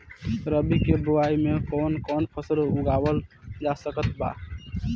रबी के बोआई मे कौन कौन फसल उगावल जा सकत बा?